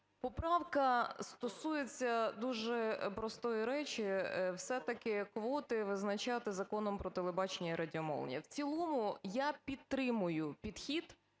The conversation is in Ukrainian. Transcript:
Поправка стосується дуже простої речі – все-таки квоти визначати Законом "Про телебачення і радіомовлення". В цілому я підтримую підхід